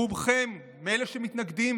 רובכם, מאלה שמתנגדים